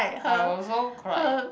I also cried